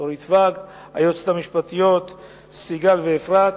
דורית ואג וליועצות המשפטיות סיגל ואפרת.